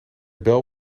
bel